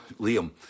Liam